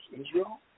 Israel